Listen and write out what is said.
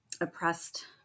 Oppressed